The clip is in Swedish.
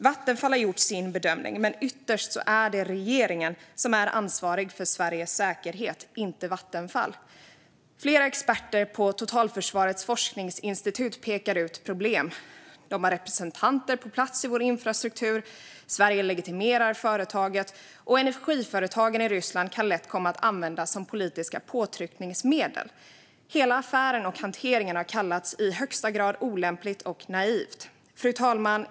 Vattenfall har gjort sin bedömning, men ytterst är det regeringen som är ansvarig för Sveriges säkerhet, inte Vattenfall. Flera experter på Totalförsvarets forskningsinstitut pekar ut problem: De har representanter på plats i vår infrastruktur. Sverige legitimerar företaget. Och energiföretagen i Ryssland kan lätt komma att användas som politiska påtryckningsmedel. Hela affären och hanteringen har kallats i högsta grad olämplig och naiv. Fru talman!